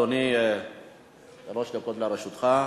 אדוני, שלוש דקות לרשותך.